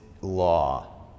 law